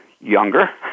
younger